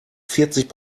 vierzig